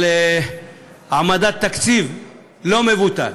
על העמדת תקציב לא מבוטל.